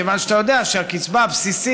כיוון שאתה יודע שהקצבה הבסיסית,